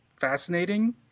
fascinating